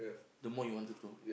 the more you wanted to